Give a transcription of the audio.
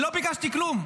לא ביקשתי כלום.